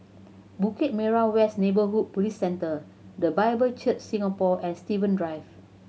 Bukit Merah West Neighbourhood Police Centre The Bible Church Singapore and Steven Drive